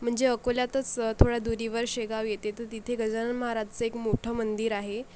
म्हणजे अकोल्यातच थोड्या दुरीवर शेगाव येते तर तिथे गजानन महाराजचं एक मोठं मंदिर आहे